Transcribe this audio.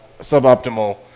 suboptimal